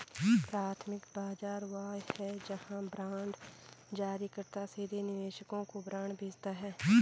प्राथमिक बाजार वह है जहां बांड जारीकर्ता सीधे निवेशकों को बांड बेचता है